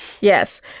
Yes